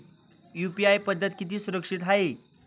UPI पद्धत किती सुरक्षित आहे?